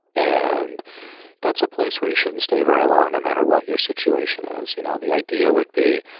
and that's a place where you shouldn't stay very long no matter what your situation is. you know, the idea would be,